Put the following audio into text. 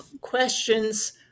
questions